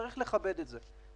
וצריך לכבד את זה.